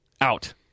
Out